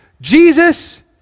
Jesus